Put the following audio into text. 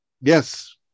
yes